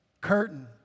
curtain